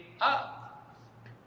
up